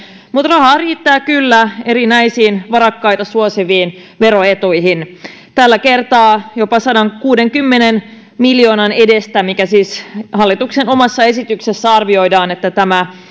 mutta rahaa riittää kyllä erinäisiin varakkaita suosiviin veroetuihin tällä kertaa jopa sadankuudenkymmenen miljoonan edestä minkä verran siis hallituksen omassa esityksessä arvioidaan että tämä